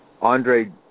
Andre